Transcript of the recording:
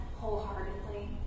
Wholeheartedly